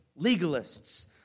legalists